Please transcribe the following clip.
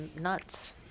nuts